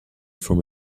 from